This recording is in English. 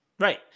Right